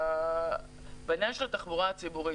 בעניין של התחבורה הציבורית,